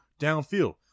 downfield